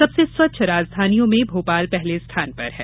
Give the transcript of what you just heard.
सबसे स्वच्छ राजधानियों में भोपाल पहले स्थान पर है